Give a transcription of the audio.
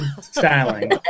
styling